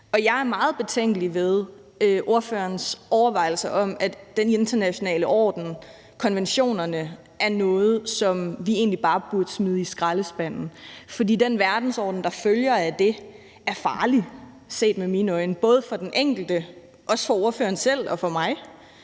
jeg er meget betænkelig ved ordførerens overvejelser om, at den internationale orden, konventionerne, er noget, som vi egentlig bare burde smide i skraldespanden. For den verdensorden, der følger af det, er farlig set med mine øjne – både for den enkelte, for ordføreren selv og for mig